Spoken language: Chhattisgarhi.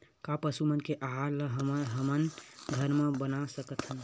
का पशु मन के आहार ला हमन घर मा बना सकथन?